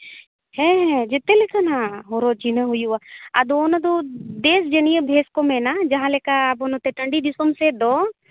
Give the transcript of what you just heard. ᱦᱮᱸ ᱡᱮᱛᱮ ᱞᱮᱠᱟᱱᱟᱜ ᱦᱚᱨᱚᱜ ᱪᱤᱱᱦᱟᱹᱣ ᱦᱩᱭᱩᱜᱼᱟ ᱟᱫᱚ ᱚᱱᱟᱫᱚ ᱫᱮᱥ ᱡᱟᱹᱱᱭᱟᱹ ᱵᱷᱮᱥ ᱠᱚ ᱢᱮᱱᱟ ᱡᱟᱦᱟᱸ ᱞᱮᱠᱟ ᱟᱵᱚ ᱱᱚᱛᱮ ᱴᱟᱺᱰᱤ ᱫᱤᱥᱚᱢ ᱥᱮᱜ ᱫᱚ